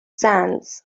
sands